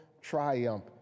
triumph